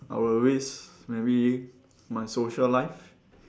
I will risk maybe my social life